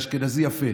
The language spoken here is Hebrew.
אשכנזי יפה.